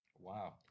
Wow